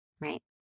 right